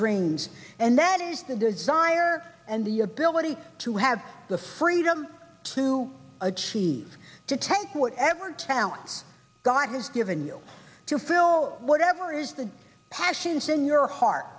dreams and that is the desire and the ability to have the freedom to achieve to take whatever challenge god has given you to fill whatever is the passions in your heart